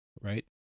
right